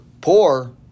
poor